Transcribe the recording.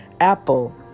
Apple